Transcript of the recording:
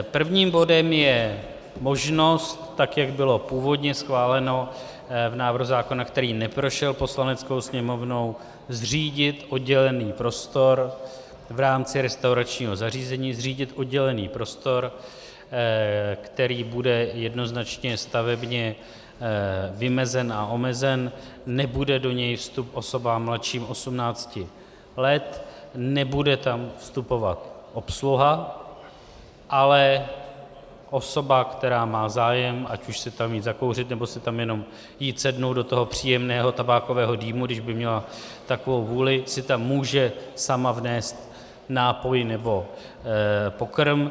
Prvním bodem je možnost, tak jak bylo původně schváleno v návrhu zákona, který neprošel Poslaneckou sněmovnou, zřídit oddělený prostor v rámci restauračního zařízení, zřídit oddělený prostor, který bude jednoznačně stavebně vymezen a omezen, nebude do něj vstup osobám mladším 18 let, nebude tam vstupovat obsluha, ale osoba, která má zájem, ať už si tam jít zakouřit, nebo si tam jenom jít sednout do toho příjemného tabákového dýmu, když by měla takovou vůli, si tam může sama vnést nápoj nebo pokrm.